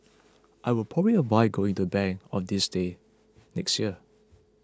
I will probably avoid going to bank on this day next year